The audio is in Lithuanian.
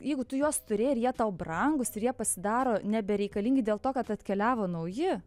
jeigu tu juos turi ir jie tau brangūs ir jie pasidaro nebereikalingi dėl to kad atkeliavo nauji